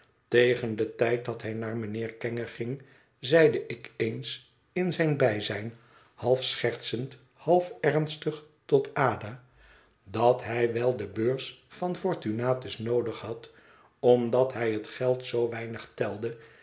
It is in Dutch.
tegen den tijd dat hij naar mijnheer kenge ging zeide ik eens in zijn bijzijn half schertsend half ernstig tot ada dat hij wel de beurs van fortunatus noodig had omdat hij het geld zoo weinig telde